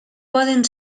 poden